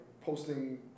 posting